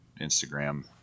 Instagram